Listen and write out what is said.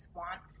want